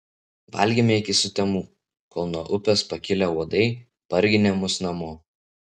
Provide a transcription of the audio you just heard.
valgėme iki sutemų kol nuo upės pakilę uodai parginė mus namo